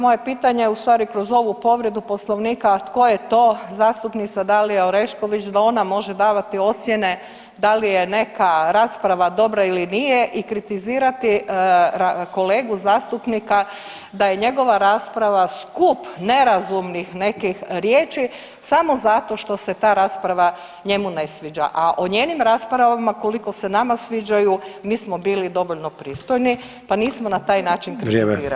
Moje pitanje ustvari, kroz ovu povredu Poslovnika, tko je to zastupnica Dalija Orešković da ona može davati ocjene da li je neka rasprava dobra ili nije i kritizirati kolegu zastupnika da je njegova rasprava skup nerazumnih nekih riječi samo zato što se ta rasprava njemu ne sviđa, a o njenim raspravama, koliko se nama sviđaju, mi smo bili dovoljno pristojni pa nismo na taj način replicirali.